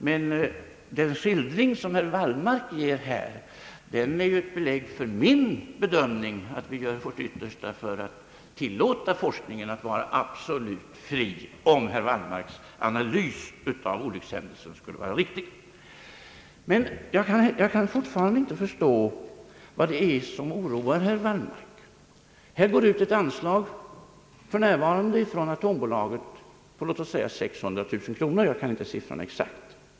Herr Wallmarks skildring är emellertid ett belägg för riktigheten av min uppfattning, att vi gör vårt yttersta för att tillåta forskningen att vara absolut fri; det måste ju bli slutsatsen om herr Wallmarks analys av olyckshändelsen skulle vara riktig. Men jag kan fortfarande inte förstå vad det är som oroar herr Wallmark. För närvarande utgår ett anslag från atombolaget på låt mig säga 600 000 kronor — jag kan inte siffrorna exakt.